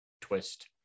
twist